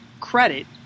credit